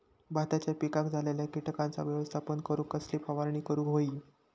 भाताच्या पिकांक झालेल्या किटकांचा व्यवस्थापन करूक कसली फवारणी करूक होई?